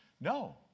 No